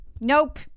Nope